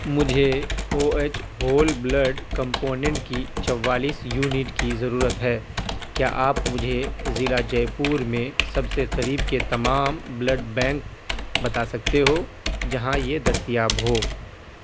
مجھے O H whole blood component کی چوالیس یونٹ کی ضرورت ہے کیا آپ مجھے ضلع جےپور میں سب سے قریب کے تمام بلڈ بینک بتا سکتے ہو جہاں یہ دستیاب ہو